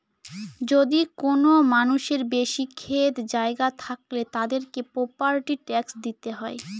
যদি কোনো মানুষের বেশি ক্ষেত জায়গা থাকলে, তাদেরকে প্রপার্টি ট্যাক্স দিতে হয়